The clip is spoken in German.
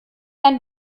ein